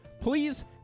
Please